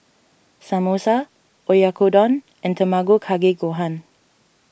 Samosa Oyakodon and Tamago Kake Gohan